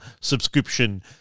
Subscription